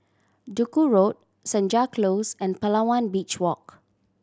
Duku Road Senja Close and Palawan Beach Walk